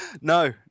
no